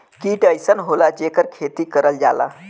कीट अइसन होला जेकर खेती करल जाला